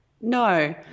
no